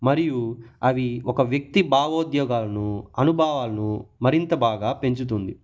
మరియు అవి ఒక వ్యక్తి భావోద్యోగాలను అనుభావాలను మరింత బాగా పెంచుతుంది